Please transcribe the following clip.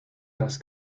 das